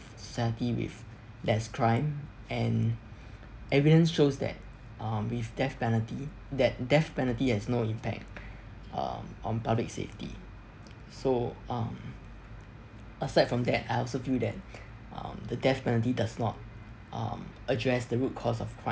society with less crime and evidence shows that um with death penalty that death penalty has no impact um on public safety so um aside from that I also feel that um the death penalty does not um address the root cause of crime